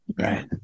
Right